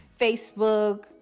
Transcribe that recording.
Facebook